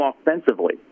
offensively